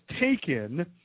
taken